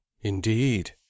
indeed